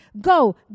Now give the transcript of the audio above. Go